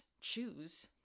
choose